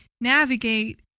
navigate